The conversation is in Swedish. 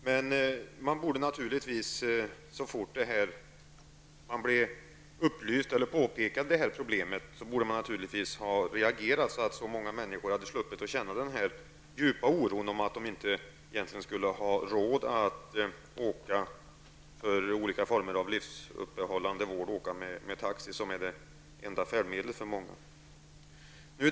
Men man borde naturligtvis, så fort man blev upplyst om problemet eller fick det påpekat för sig, ha reagerat, så att många människor hade sluppit att känna denna djupa oro för att de inte skulle få råd att åka taxi till till olika former av livsuppehållande vård, som är det enda färdmedlet för många.